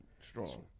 Strong